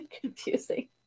confusing